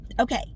Okay